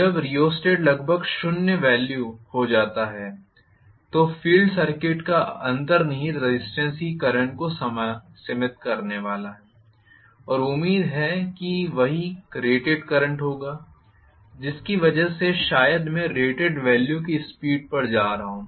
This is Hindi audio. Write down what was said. जब रिओस्टेट लगभग शून्य वॅल्यू हो जाता है तो फ़ील्ड सर्किट का अंतर्निहित रेज़िस्टेन्स ही करंट को सीमित करने वाला है और उम्मीद है कि वही रेटेड करंट होगा जिसकी वजह से शायद मैं रेटेड वॅल्यू की स्पीड पर जा रहा हूं